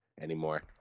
anymore